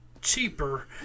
cheaper